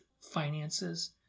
finances